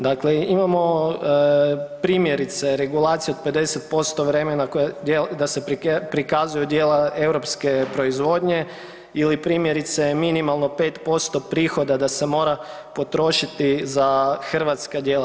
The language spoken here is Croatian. Dakle, imamo primjerice regulaciju od 50% vremena da se prikazuju djela europske proizvodnje ili primjerice minimalno 5% prihoda da se mora potrošiti za hrvatska djela.